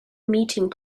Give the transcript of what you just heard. meeting